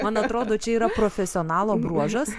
man atrodo čia yra profesionalo bruožas